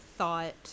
thought